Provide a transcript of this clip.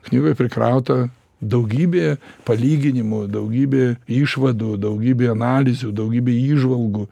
knygoj prikrauta daugybė palyginimų daugybė išvadų daugybė analizių daugybė įžvalgų